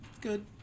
good